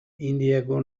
indiako